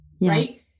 right